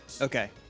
Okay